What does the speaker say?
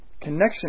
connection